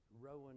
Rowan